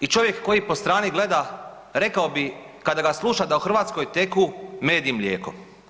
I čovjek koji po strani gleda rekao bi kada ga sluša da u Hrvatskoj teku med i mlijeko.